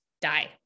die